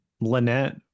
lynette